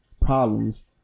problems